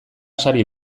sari